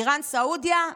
איראן, סעודיה?